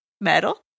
Metal